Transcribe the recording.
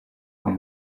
uyu